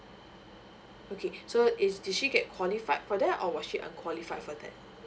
okay so is did she get qualified for that or was she unqualified for that